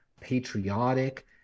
patriotic